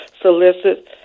solicit